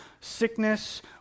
sickness